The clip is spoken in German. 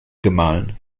gemahlen